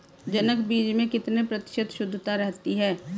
जनक बीज में कितने प्रतिशत शुद्धता रहती है?